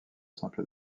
simple